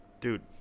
Dude